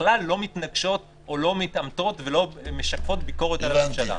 שככלל לא מתנגשות או לא מתעמתות ולא משקפות ביקורת על הממשלה.